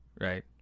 right